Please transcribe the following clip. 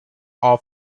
all